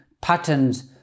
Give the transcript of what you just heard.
patterns